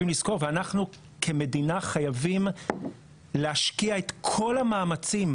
לזכור ואנחנו כמדינה חייבים להשקיע את כל המאמצים,